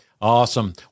Awesome